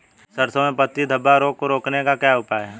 सरसों में पत्ती धब्बा रोग को रोकने का क्या उपाय है?